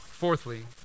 Fourthly